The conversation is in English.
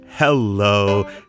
Hello